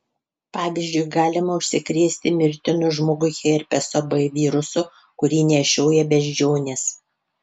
pavyzdžiui galima užsikrėsti mirtinu žmogui herpeso b virusu kurį nešioja beždžionės